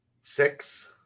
six